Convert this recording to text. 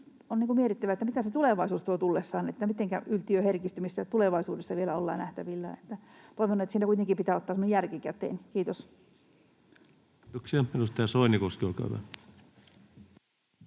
On mietittävä, mitä se tulevaisuus tuo tullessaan, mitenkä yltiöherkistymistä tulevaisuudessa vielä on nähtävillä. Toivon, että siinä kuitenkin otetaan semmoinen järki käteen. — Kiitos. Kiitoksia.